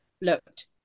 looked